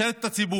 ישרת את הציבור,